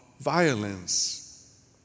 violence